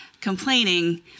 complaining